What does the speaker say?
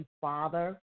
father